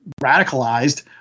radicalized